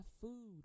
food